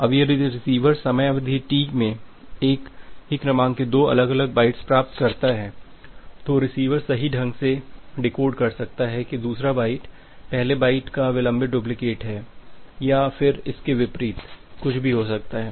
अब यदि रिसीवर समयावधि टी में एक ही क्रमांक के दो अलग अलग बाईट्स प्राप्त करता है तो रिसीवर सही ढंग से डिकोड कर सकता है की दूसरा बाईट पहेले बाईट का विलंबित डुप्लीकेट है या फिर इसके विपरीत कुछ भी हो सकता है